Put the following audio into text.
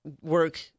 work